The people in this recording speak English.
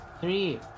three